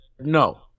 no